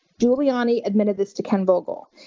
giuliani admitted this to ken vogel.